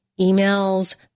emails